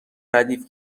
ردیف